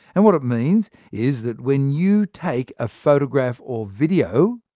and what it means is that when you take a photograph or video,